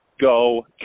Go